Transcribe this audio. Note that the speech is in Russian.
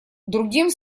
другим